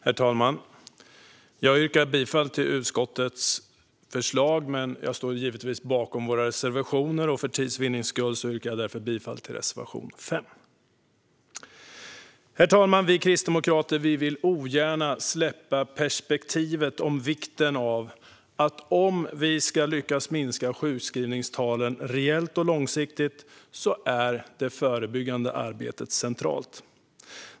Herr talman! Jag yrkar bifall till utskottets förslag. Men jag står givetvis bakom våra reservationer, och för tids vinnande yrkar jag bara bifall till reservation 5. Herr talman! Vi kristdemokrater vill ogärna släppa perspektivet att om vi ska lyckas sänka sjukskrivningstalen reellt och långsiktigt är det förebyggande arbetet centralt.